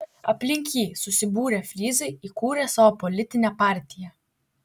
aplink jį susibūrę fryzai įkūrė savo politinę partiją